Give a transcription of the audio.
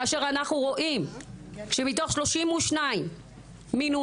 כאשר אנחנו רואים שמתוך 32 מינויים,